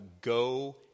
Go